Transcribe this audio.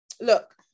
Look